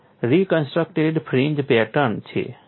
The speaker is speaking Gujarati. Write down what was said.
આ રિકન્સ્ટ્રક્ટેડ ફ્રિન્જ પેટર્ન છે